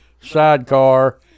sidecar